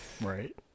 Right